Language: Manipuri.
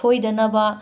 ꯁꯣꯏꯗꯅꯕ